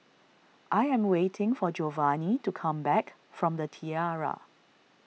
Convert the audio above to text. I am waiting for Jovanny to come back from the Tiara